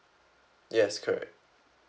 yes correct